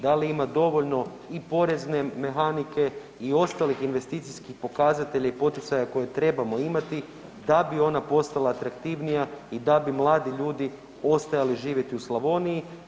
Da li ima dovoljno i porezne mehanike i ostalih investicijskih pokazatelja i poticaja koje trebamo imati da bi ona postala atraktivnija i da bi mladi ljudi ostajali živjeti u Slavoniji.